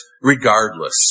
regardless